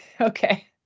okay